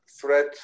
threat